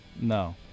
No